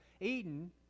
Eden